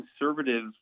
conservative